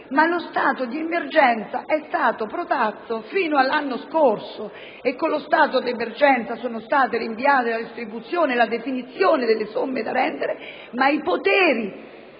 ma lo stato di emergenza è stato protratto fino all'anno scorso e con lo stato di emergenza sono state rinviate la distribuzione e la definizione delle somme da rendere, mentre i poteri